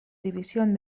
división